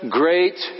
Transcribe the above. great